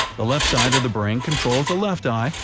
the left side of the brain controls the left eye,